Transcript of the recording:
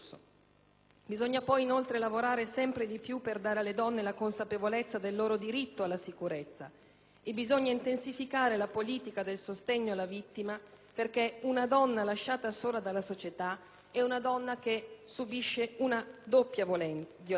Bisogna poi lavorare sempre di più per dare alle donne la consapevolezza del loro diritto alla sicurezza e per intensificare la politica del sostegno alla vittima, perché una donna lasciata sola dalla società è una donna che subisce una doppia violenza.